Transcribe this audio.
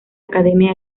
academia